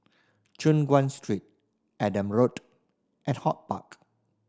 Choon Guan Street Andrew Road and HortPark